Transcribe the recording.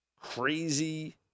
crazy